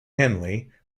henley